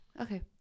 okay